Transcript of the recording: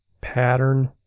Pattern